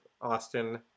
Austin